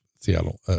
seattle